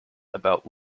about